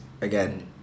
again